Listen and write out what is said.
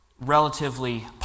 relatively